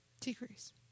Decrease